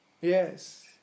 Yes